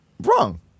wrong